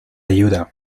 ayuda